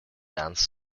dance